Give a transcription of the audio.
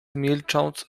milcząc